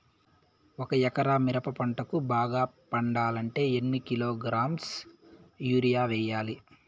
ఒక ఎకరా మిరప పంటకు బాగా పండాలంటే ఎన్ని కిలోగ్రామ్స్ యూరియ వెయ్యాలి?